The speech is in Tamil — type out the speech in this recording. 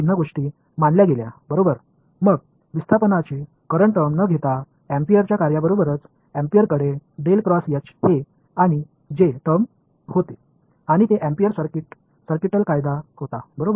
இது டிஸ்பிளாஸ்ட்மென்ட் கரண்ட்க்கு மாற்றாமல் ஆம்பியரின் வேலையுடன் வருகிறது ஆம்பியருக்கு இதுவும் ஒரு வும் இருந்தது அது ஆம்பியர் சா்கியூட்டல் விதியாகும்